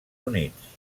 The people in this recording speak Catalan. units